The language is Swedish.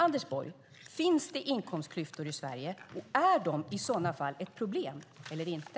Anders Borg, finns det inkomstklyftor i Sverige, och är de i så fall ett problem eller inte?